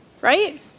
right